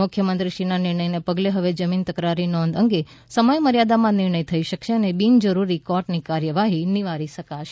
મુખ્યમંત્રીશ્રીના આ નિર્ણયને પગલે હવે જમીન તકરારી નોંધ અંગે સમય મર્યાદામાં નિર્ણય થઇ શકશે અને બિનજરૂરી કોર્ટની કાર્યવાહી નિવારી શકાશે